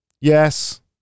Yes